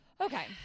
Okay